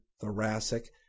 thoracic